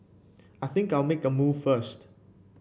I think I'll make a move first